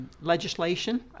legislation